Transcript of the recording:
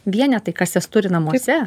vienetai kas jas turi namuose